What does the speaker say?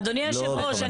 אדוני יושב הראש,